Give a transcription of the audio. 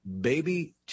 baby